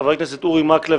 חבר הכנסת אורי מקלב,